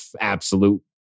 absolute